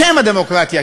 בשם הדמוקרטיה,